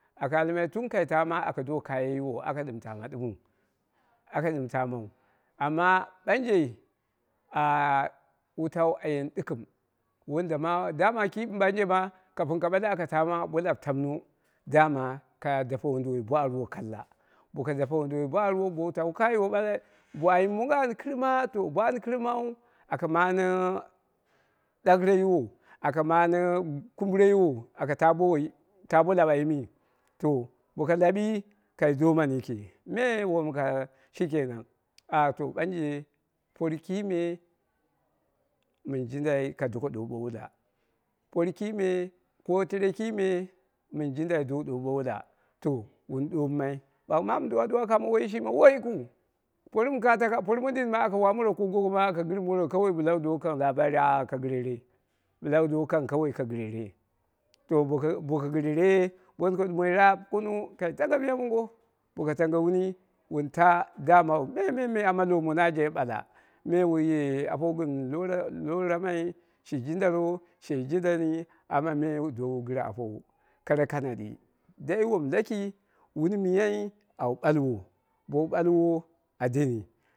Aka almai tun kai taama aka do kaye yiwo aka ɗɨm taama ɗɨmu, aka ɗɨm taamau amma ɓanje wutau a yeni ɗɨgɨm wanda ma ki mi ɓanje ka dape wonduwoi ariwo kalla, boko dape woi duwoi bo arwo bowu tawu kayiwo ɓalai bo ayim mongo an kɨrma to bo an kɨrmau aka mane ɗagheire yiwo aka mane kum bɨre yiwo bo woi, taabo lan ayimi boko lawi kai domanu yiki me wom ka, shi kenan ah to ɓanje por kime mɨn jindai ka doko dou wula por kime ko tere kime min jindai dowu dope wula to wu dommai ɓagh maamu ɗuwa ɗuwa kamo woiyi shimi woi yikiu por mɨ ka taka por mondim mo aka waamoro ko goko aka gɨrmoro bra wu do kang labari ah ka gɨrere bɨla wu dowu kang labari ah ka gɨrere bɨla wu dowu kang kawai ka gɨrere to boko gɨrere bonko raap, kunung kai tange miya mongo, boko tange wuni wun ta daama wu meme amma lowo mono a jaɓeɓala me wu ye aɓo gɨn lorammai she jindol ro she jindani amma me wu dowu gɨre apowu kara kanadi dai won laki wun miyai awu ɓlawo bowu ɓalwo a deni